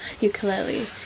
ukulele